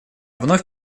вновь